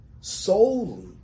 solely